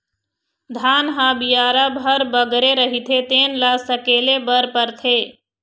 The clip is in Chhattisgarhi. धान ह बियारा भर बगरे रहिथे तेन ल सकेले बर परथे